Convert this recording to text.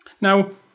Now